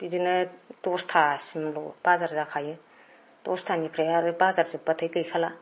बिदिनो दस्तासिमल' बाजार जाखायो दस्तानिफ्राय आरो बाजार जोब्बाथाय गैखाला